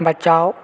बचाओ